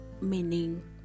meaning